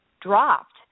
dropped